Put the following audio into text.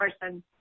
person